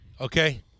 okay